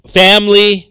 family